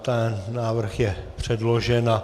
Ten návrh je předložen.